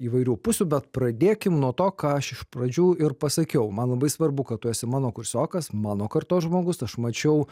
įvairių pusių bet pradėkim nuo to ką aš iš pradžių ir pasakiau man labai svarbu kad tu esi mano kursiokas mano kartos žmogus aš mačiau